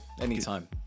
anytime